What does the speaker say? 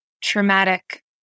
traumatic